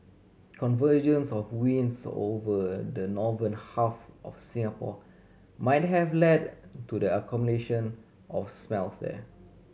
convergence of winds over the northern half of Singapore might have led to the accumulation of smells there